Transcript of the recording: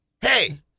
Hey